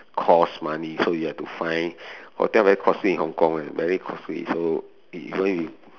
cost money so you have to find hotel very costly in Hong-Kong [one] very costly so even if